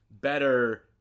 better